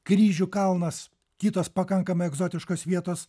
kryžių kalnas kitos pakankamai egzotiškos vietos